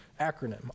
acronym